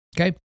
okay